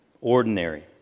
Ordinary